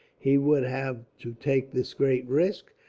he would have to take this great risk,